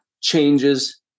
changes